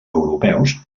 europeus